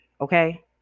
Okay